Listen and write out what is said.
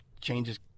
changes